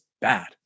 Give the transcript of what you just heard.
bad